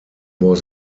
was